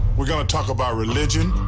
we're going to talk about religion.